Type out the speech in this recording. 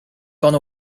gone